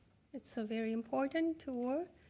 it's a very important tour.